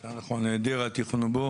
יותר נכון היעדר התכנון בו,